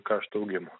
kaštų augimo